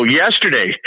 yesterday